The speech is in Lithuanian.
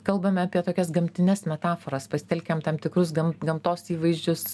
kalbame apie tokias gamtines metaforas pasitelkiam tam tikrus gamtos įvaizdžius